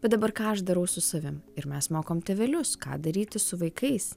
bet dabar ką aš darau su savim ir mes mokom tėvelius ką daryti su vaikais